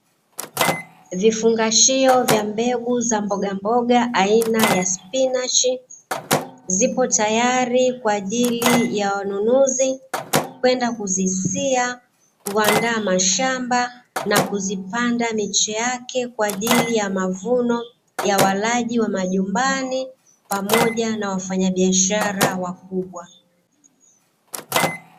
Vifungashio vya mbegu za mbogamboga aina ya spinachi, zipo tayari kwa ajili ya wanunuzi kwenda kuzisia, kuandaa mashamba, na kuzipanda miche yake, kwa ajili ya mavuno ya walaji wa majumbani, pamoja na wafanyabiashara wakubwa.